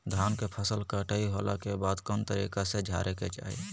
धान के फसल कटाई होला के बाद कौन तरीका से झारे के चाहि?